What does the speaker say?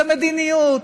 זה מדיניות